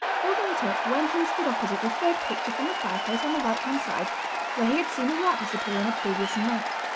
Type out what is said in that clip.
holding it up went and stood opposite the third picture from the fireplace on the right-hand side where he had seen the rat disappear on the previous night.